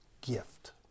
gift